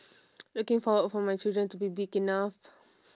looking forward for my children to be big enough